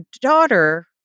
daughter